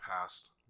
past